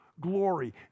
glory